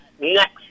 next